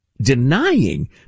denying